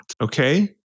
okay